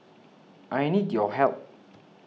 I need your help